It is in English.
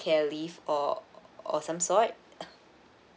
care leave or or some sort uh